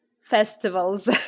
festivals